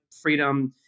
freedom